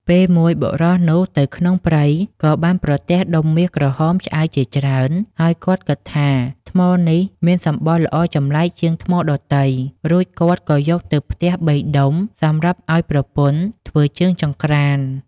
ពេលមួយ បុរសនោះទៅក្នុងព្រៃក៏បានប្រទះដុំមាសក្រហមឆ្អៅជាច្រើន ហើយគាត់គិតថា ថ្មនេះមានសម្បុរល្អចម្លែកជាងថ្មដទៃ រួចគាត់ក៏យកទៅផ្ទះបីដុំសម្រាប់ឲ្យប្រពន្ធធ្វើជើងចង្ក្រាន។